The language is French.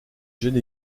jeune